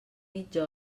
mitja